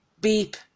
Beep